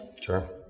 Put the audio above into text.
Sure